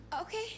Okay